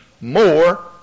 more